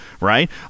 right